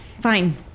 fine